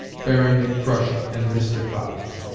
bearing it crushed and mystified.